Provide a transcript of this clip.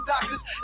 doctors